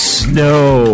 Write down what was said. snow